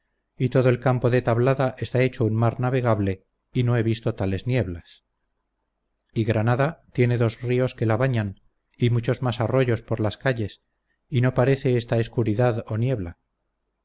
y todo el campo de tablada está hecho un mar navegable y no he visto tales nieblas y granada tiene dos ríos que la bañan y muchos más arroyos por las calles y no parece esta escuridad o niebla